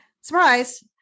Surprise